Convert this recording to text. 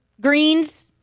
greens